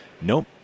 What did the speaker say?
nope